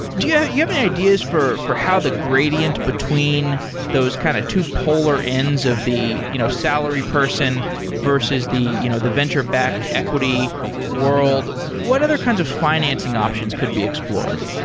do yeah you have any ideas for for how the gradient between those kind of two polar ends of the you know salary person versus the you know the venture-backed equity world, what other kinds of financing options options could be explored?